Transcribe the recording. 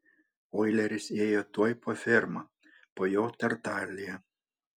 oileris ėjo tuoj po ferma po jo tartalija